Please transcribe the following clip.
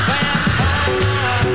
Vampire